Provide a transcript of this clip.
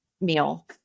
meal